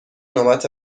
نوبت